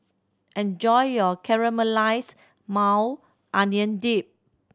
enjoy your Caramelized Maui Onion Dip